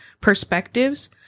perspectives